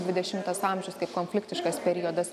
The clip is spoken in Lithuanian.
dvidešimtas amžius kaip konfliktiškas periodas